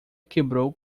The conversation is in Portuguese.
quebrou